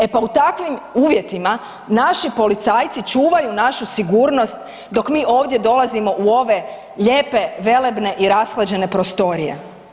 E pa u takvim uvjetima naši policajci čuvaju našu sigurnost dok mi ovdje dolazimo u ove lijepe velebne i rashlađene prostorije.